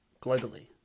globally